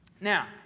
Now